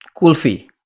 Kulfi